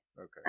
okay